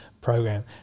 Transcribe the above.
program